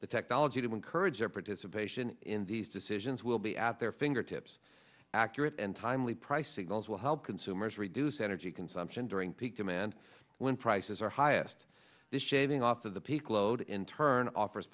the technology to encourage their participation in these decisions will be at their fingertips accurate and timely price signals will help consumers reduce energy consumption during peak demand when prices are highest this shaving off of the peak load in turn offers